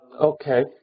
Okay